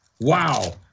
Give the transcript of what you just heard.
Wow